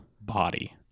body